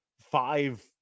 five